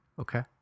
Okay